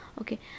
okay